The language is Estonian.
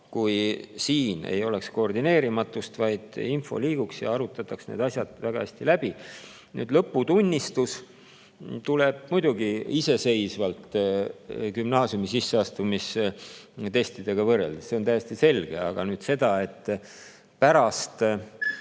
kui siin ei oleks koordineerimatust, vaid info liiguks ja arutataks need asjad väga hästi läbi. Lõputunnistus tuleb muidugi iseseisvalt, mitte gümnaasiumi sisseastumistestidega võrreldes. See on täiesti selge. Aga seda, et pärast